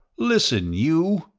listen, you!